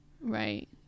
right